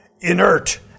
inert